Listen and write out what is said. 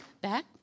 back